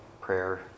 prayer